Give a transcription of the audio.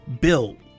built